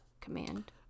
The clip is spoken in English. Command